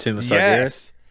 Yes